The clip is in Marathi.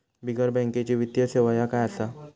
बिगर बँकेची वित्तीय सेवा ह्या काय असा?